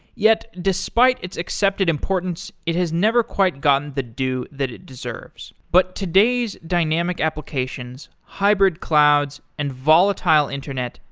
yet, despite its accepted importance, it has never quite gotten the due that it deserves. but today's dynamic applications, hybrid clouds and volatile internet,